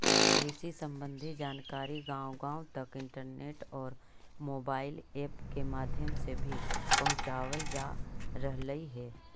कृषि संबंधी जानकारी गांव गांव तक इंटरनेट और मोबाइल ऐप के माध्यम से भी पहुंचावल जा रहलई हे